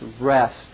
rest